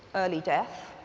early death,